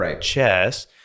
chess